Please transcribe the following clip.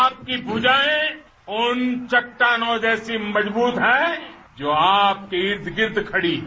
आपकी भूजाएं उन चट्टानों जैसी मजबूत हैं जो आपके इर्द गिर्द खड़ी हैं